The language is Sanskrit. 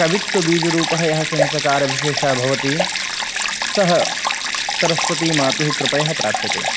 कवित्वबीजरूपः यः संस्कारविशेषः भवति सः सरस्वतीमातुः कृपया प्राप्यते